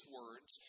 words